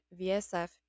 VSF